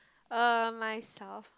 uh myself